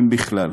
אם בכלל.